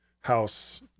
house